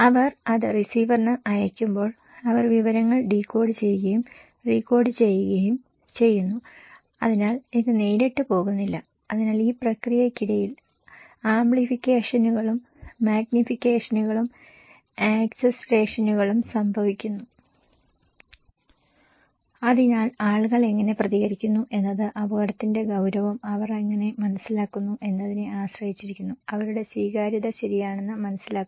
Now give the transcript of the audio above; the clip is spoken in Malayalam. അവർ അത് റിസീവറിന് അയയ്ക്കുമ്പോൾ അവർ വിവരങ്ങൾ ഡീകോഡ് ചെയ്യുകയും റീകോഡ് ചെയ്യുകയും ചെയ്യുന്നു അതിനാൽ ഇത് നേരിട്ട് പോകുന്നില്ല അതിനാൽ ഈ പ്രക്രിയയ്ക്കിടയിൽ ആംപ്ലിഫിക്കേഷനുകളും മാഗ്നിഫിക്കേഷനുകളും അക്സെന്റ്വാഷനും സംഭവിക്കുന്നു അതിനാൽ ആളുകൾ എങ്ങനെ പ്രതികരിക്കുന്നു എന്നത് അപകടത്തിന്റെ ഗൌരവം അവർ എങ്ങനെ മനസ്സിലാക്കുന്നു എന്നതിനെ ആശ്രയിച്ചിരിക്കുന്നു അവരുടെ സ്വീകാര്യത ശരിയാണെന്ന് മനസ്സിലാക്കുന്നു